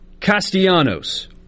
Castellanos